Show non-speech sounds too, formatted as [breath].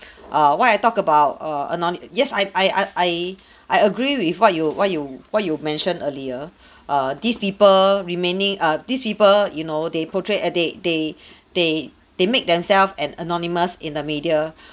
[breath] err why I talk about err anony~ yes I I I I [breath] I agree with what you what you what you mentioned earlier [breath] err these people remaining err these people you know they portray a they they [breath] they they make themselves an anonymous in the media [breath]